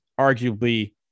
arguably